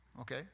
okay